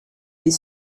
les